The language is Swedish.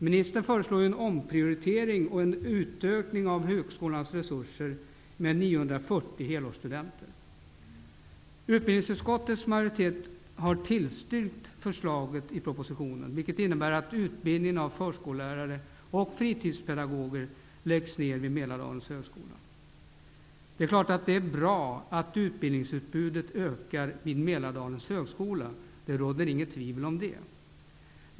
Ministern föreslår en omprioritering och en utökning av högskolans resurser med 940 Utbildningsutskottets majoritet har tillstyrkt förslaget i propositionen, vilket innebär att utbildningen av förskollärare och fritidspedagoger läggs ner vid Mälardalens högskola. Det är klart att det är bra att utbildningsutbudet ökar vid Mälardalens högskola -- det råder inget tvivel om det.